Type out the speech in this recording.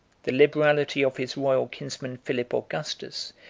the liberality of his royal kinsman philip augustus,